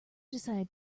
decided